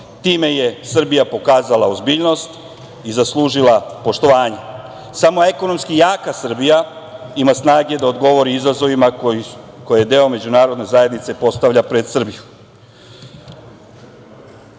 Time je Srbija pokazala ozbiljnost i zaslužila poštovanje. Samo ekonomski jaka Srbija ima snage da odgovori izazovima koje deo Međunarodne zajednice postavlja pred Srbiju. Zato